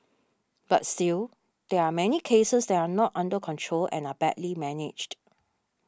but still there are many cases that are not under control and are badly managed